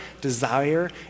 desire